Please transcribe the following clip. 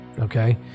okay